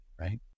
right